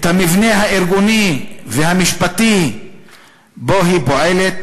את המבנה הארגוני והמשפטי בו היא פועלת